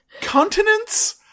continents